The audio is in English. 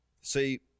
See